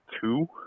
Two